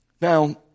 Now